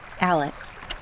Alex